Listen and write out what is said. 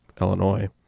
Illinois